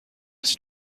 was